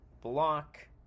block